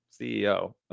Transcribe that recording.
ceo